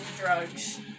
drugs